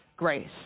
grace